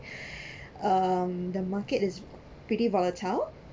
um the market is pretty volatile